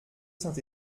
saint